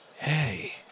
Hey